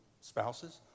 spouses